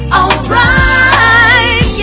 alright